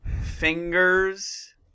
Fingers